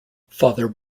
father